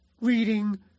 reading